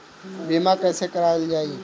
बीमा कैसे कराएल जाइ?